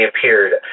appeared